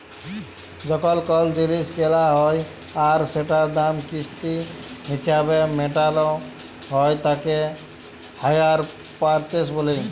যখল কল জিলিস কেলা হ্যয় আর সেটার দাম কিস্তি হিছাবে মেটাল হ্য়য় তাকে হাইয়ার পারচেস ব্যলে